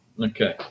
Okay